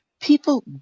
people